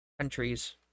countries